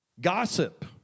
Gossip